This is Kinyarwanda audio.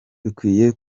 dukwiye